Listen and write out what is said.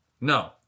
No